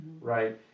right